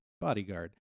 bodyguard